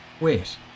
Wait